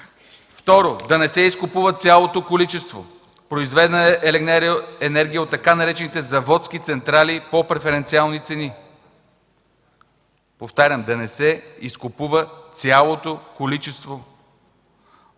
2. Да не се изкупува цялото количество произведена енергия от така наречените заводски централи по преференциални цени. Повтарям, да не се изкупува цялото количество